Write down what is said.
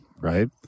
right